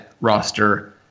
roster